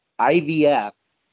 IVF